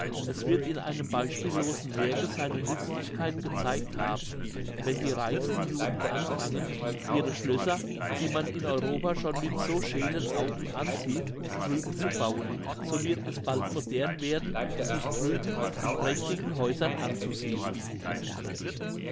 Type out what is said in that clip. es wird in einem beispiellosen werke seine nützlichkeit gezeigt haben wenn die reichsten juden anfangen ihre schlösser die man in europa schon mit so scheelen augen ansieht drüben zu bauen so wird es bald modern werden sich drüben in prächtigen häusern anzusiedeln